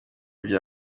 bya